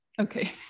Okay